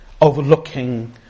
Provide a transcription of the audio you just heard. ...overlooking